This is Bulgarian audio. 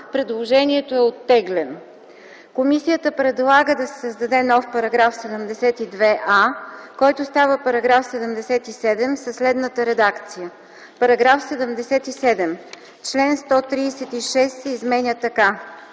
Предложението е оттеглено. Комисията предлага да се създаде нов § 72а, който става § 77 със следната редакция: „§ 77. Член 136 се изменя така: